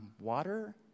water